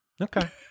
Okay